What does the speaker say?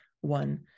one